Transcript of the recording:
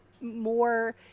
more